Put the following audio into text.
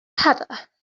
heather